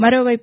మరోవైపు